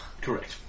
Correct